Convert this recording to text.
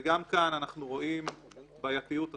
וגם כאן אנחנו רואים בעייתיות רבה.